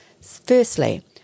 Firstly